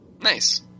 Nice